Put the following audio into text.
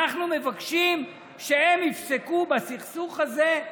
אנחנו מבקשים שהם יפסקו בסכסוך הזה.